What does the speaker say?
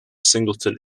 singleton